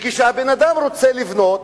וכשהבן-אדם רוצה לבנות,